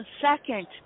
Second